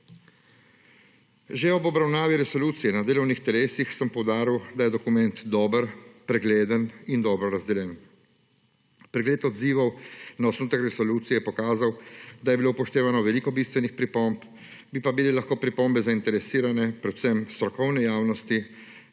Že ob obravnavi resolucije na delovnih telesih sem poudaril, da je dokument dober, pregleden in dobro razdeljen. Pregled odzivov na osnutek resolucije je pokazal, da je bilo upoštevano veliko bistvenih pripomb, bi pa bile lahko pripombe zainteresirane predvsem strokovne javnosti